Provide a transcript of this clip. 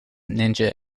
ninja